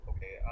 Okay